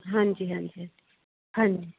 ਹਾਂਜੀ ਹਾਂਜੀ ਹਾਂਜੀ